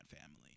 Family